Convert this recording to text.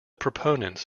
proponents